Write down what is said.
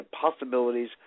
possibilities